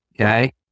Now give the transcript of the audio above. Okay